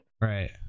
Right